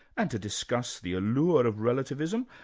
and to discuss the allure of relativism,